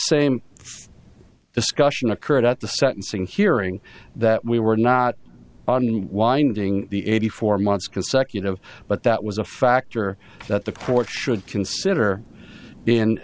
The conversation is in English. thing discussion occurred at the sentencing hearing that we were not on unwinding the eighty four months consecutive but that was a factor that the court should consider in